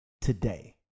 today –